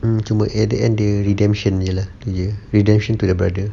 mm cuma at the end dia redemption jer lah dia redemption to the brother